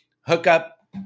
hookup